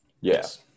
Yes